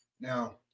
now